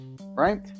right